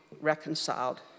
reconciled